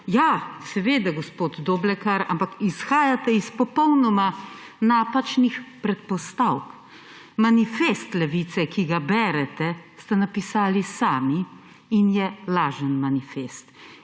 Ja, seveda, gospod Doblekar, ampak izhajate iz popolnoma napačnih predpostavk. Manifest Levice, ki ga berete, ste napisali sami in je lažen manifest.